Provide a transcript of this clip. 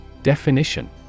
Definition